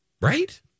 Right